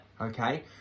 okay